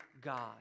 God